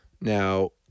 Now